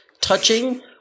touching